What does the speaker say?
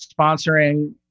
sponsoring